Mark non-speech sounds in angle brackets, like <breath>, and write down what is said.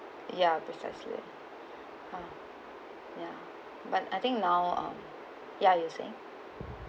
ya precisely <breath> ah ya but I think now um ya you saying